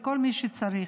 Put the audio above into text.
לכל מי שצריך,